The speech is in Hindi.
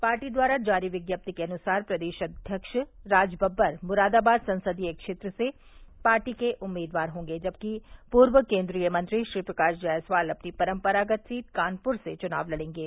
पार्टी द्वारा जारी विज्ञप्ति के अनुसार प्रदेश अध्यक्ष राजबब्बर मुरादाबाद संसदीय क्षेत्र से पार्टी के उम्मीदवार होंगे जबकि पूर्व केन्द्रीय मंत्री श्रीप्रकाश जायसवाल अपनी परम्परागत सीट कानपुर से चुनाव लड़ेंगे